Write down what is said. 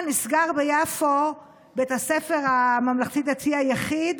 ומסביב לחולה עומדת המשפחה, ורק היום,